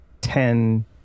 ten